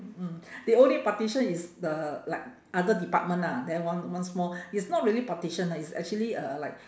mm the only partition is the like other department ah then one one small it's not really partition ah it's actually a like